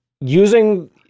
using